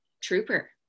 trooper